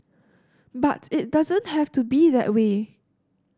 but it doesn't have to be that way